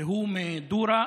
והוא מדורה,